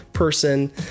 Person